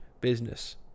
business